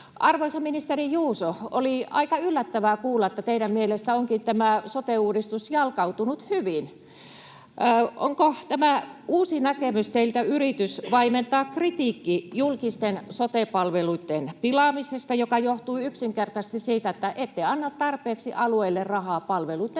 Arvoisa ministeri Juuso, oli aika yllättävää kuulla, että teidän mielestänne onkin tämä sote-uudistus jalkautunut hyvin. Onko tämä uusi näkemys teiltä yritys vaimentaa kritiikki julkisten sote-palveluitten pilaamisesta, joka johtuu yksinkertaisesti siitä, että ette anna tarpeeksi alueille rahaa palveluitten